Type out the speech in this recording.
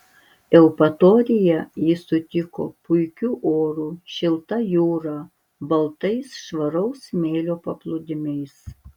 eupatorija jį sutiko puikiu oru šilta jūra baltais švaraus smėlio paplūdimiais